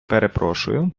перепрошую